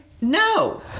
No